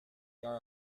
are